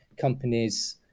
companies